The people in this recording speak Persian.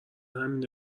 همینه